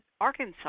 Arkansas